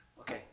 Okay